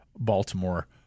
Baltimore